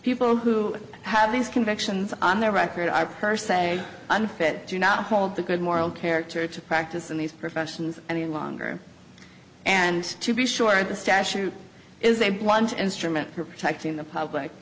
people who have these convictions on their record are per se unfit do not hold the good moral character to practice in these professions any longer and to be sure that the statute is a blunt instrument for protecting the public